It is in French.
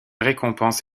récompense